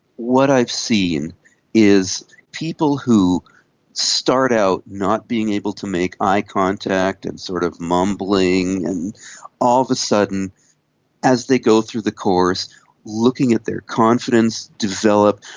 what i've seen is people who start out not being able to make eye contact and sort of mumbling, and all of a sudden as they go through the course looking at their confidence develop,